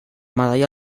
medalla